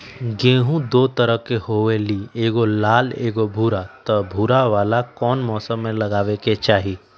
गेंहू दो तरह के होअ ली एगो लाल एगो भूरा त भूरा वाला कौन मौसम मे लगाबे के चाहि?